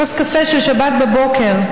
על כוס קפה של שבת בבוקר,